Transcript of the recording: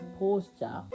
posture